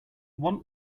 want